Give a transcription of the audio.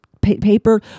paper